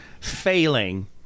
failing